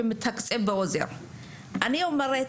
אני אומרת,